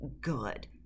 good